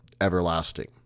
everlasting